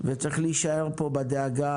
וצריך להישאר בדאגה,